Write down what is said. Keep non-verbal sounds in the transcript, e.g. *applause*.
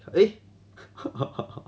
eh *laughs*